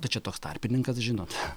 tai čia toks tarpininkas žinot